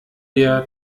dir